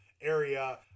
Area